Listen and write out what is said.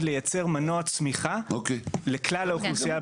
לייצר מנוע צמיחה לכלל האוכלוסייה.